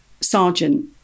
sergeant